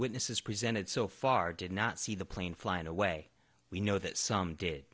witnesses presented so far did not see the plane flying away we know that some